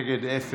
אין מתנגדים.